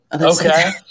Okay